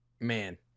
man